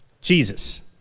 Jesus